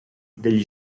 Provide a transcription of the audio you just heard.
degli